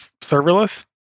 serverless